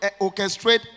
orchestrate